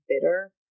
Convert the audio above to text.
bitter